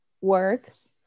works